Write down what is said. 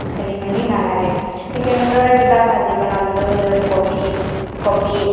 খেলি মেলি নালাগে ঠিক তেনেদৰে কিবা ভাজি বনাবলৈ হ'লে কবি কবি